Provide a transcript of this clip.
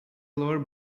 lower